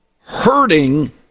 hurting